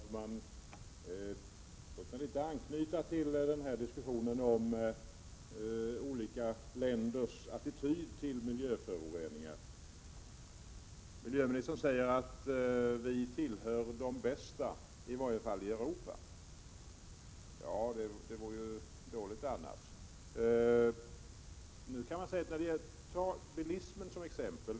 Herr talman! Låt mig anknyta till diskussionen om olika länders attityd till miljöföroreningar. Miljöministern säger att vi tillhör de bästa, i varje fall i Europa. Ja, det vore ju dåligt annars. Ta bilismen som exempel.